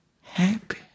happy